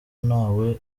ntawe